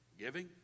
giving